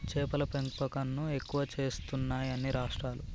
చేపల పెంపకం ను ఎక్కువ చేస్తున్నాయి అన్ని రాష్ట్రాలు